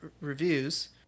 reviews